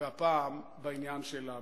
והפעם בעניין של המסתננים.